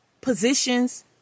positions